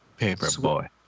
Paperboy